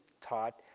taught